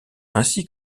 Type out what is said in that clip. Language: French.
ainsi